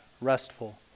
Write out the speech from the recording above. restful